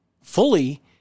fully